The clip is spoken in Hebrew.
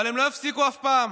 אבל הם לא יפסיקו אף פעם.